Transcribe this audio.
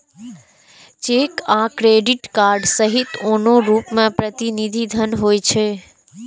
cheque आ credit card सहित आनो रूप मे प्रतिनिधि धन होइ छै